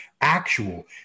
actual